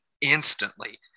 Instantly